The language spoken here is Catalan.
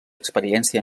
experiència